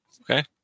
Okay